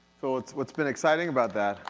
so, what's what's been exciting about that,